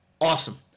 Awesome